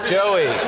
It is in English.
Joey